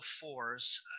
fours